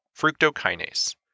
fructokinase